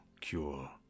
cure